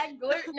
gluten